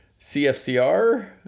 CFCR